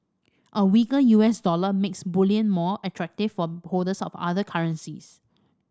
a weaker U S dollar makes bullion more attractive for holders of other currencies